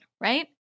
Right